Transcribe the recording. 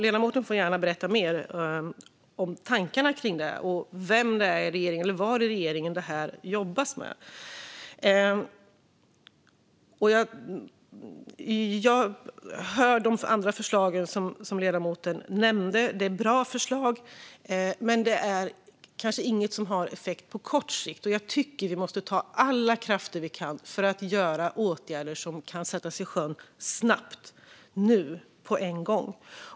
Ledamoten får gärna berätta mer om tankarna kring det och var i regeringen man jobbar med det. De förslag som ledamoten nämnde i övrigt är bra, men de kanske inte har effekt på kort sikt. Jag tycker att vi måste ta till alla krafter vi kan för att ta fram åtgärder som kan sättas i sjön snabbt och på en gång.